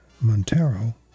Montero